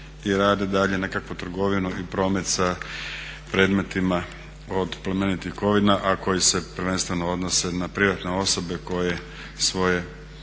i rade dalje nekakvu trgovinu i promet sa predmetima od plemenitih kovina, a koji se prvenstveno odnose na privatne osobe koji svoje